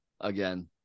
again